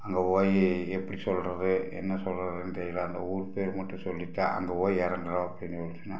அங்கே போய் எப்படி சொல்லுறது என்ன சொல்லுறதுன்னு தெரியிலை அந்த ஊர் பேர் மட்டும் சொல்லித்தான் அங்கே போய் இறங்குறோம்